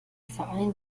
verein